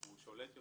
הוא שולט יותר,